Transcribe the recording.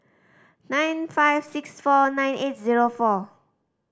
nine five six four nine eight zero four